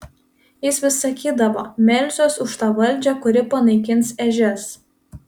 jis vis sakydavo melsiuos už tą valdžią kuri panaikins ežias